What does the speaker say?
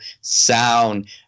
sound